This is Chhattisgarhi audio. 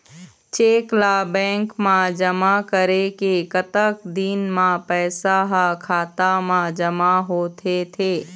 चेक ला बैंक मा जमा करे के कतक दिन मा पैसा हा खाता मा जमा होथे थे?